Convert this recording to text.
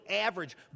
average